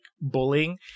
bullying